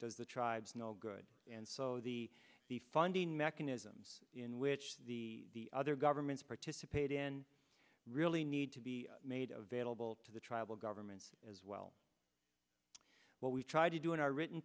does the tribes no good and so the the funding mechanisms in which the other governments participate in really need to be made available to the tribal governments as well what we try to do in our written